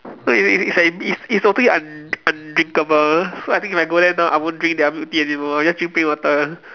so it's it's like it's it's totally un~ undrinkable so I think if I go there now I won't drink their milk tea anymore I'll just drink plain water